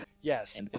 Yes